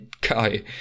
guy